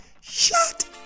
Shut